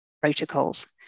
protocols